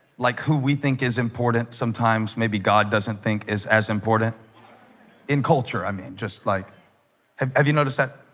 like who we think is important sometimes, maybe god doesn't think is as important in culture i mean just like have have you noticed that